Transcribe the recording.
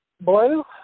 Blue